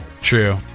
true